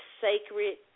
sacred